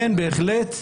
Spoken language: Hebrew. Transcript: כן, בהחלט.